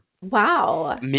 Wow